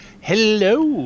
Hello